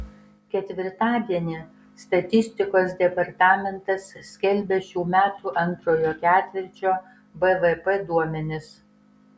ketvirtadienį statistikos departamentas skelbia šių metų antrojo ketvirčio bvp duomenis